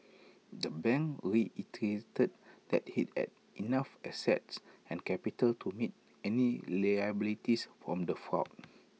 the bank reiterated that that IT had enough assets and capital to meet any liabilities from the fraud